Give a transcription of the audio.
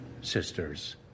Sisters